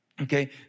Okay